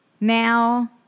now